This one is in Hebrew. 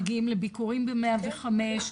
מגיעים לביקורים ב-105.